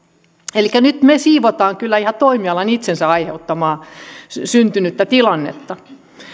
elikkä nyt me siivoamme kyllä ihan toimialan itsensä aiheuttamaa syntynyttä tilannetta